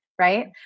right